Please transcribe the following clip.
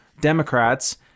Democrats